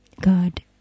God